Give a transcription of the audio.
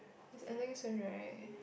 is ending soon right